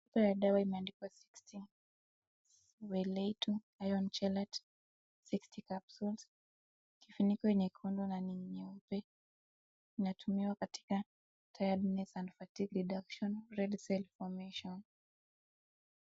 Chupa ya dawa imeandikwa Sixty Welluita iron chelate, sixty capsules . Kifuniko ni chekundu na ni nyeupe. Inatumiwa katika tiredness and fatigue reduction, red cell formation .